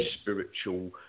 spiritual